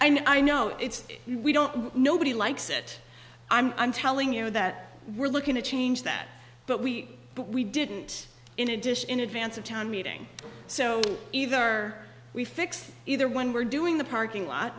know it's we don't nobody likes it i'm telling you that we're looking to change that but we but we didn't in addition in advance of town meeting so either we fixed either one we're doing the parking lot